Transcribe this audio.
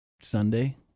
Sunday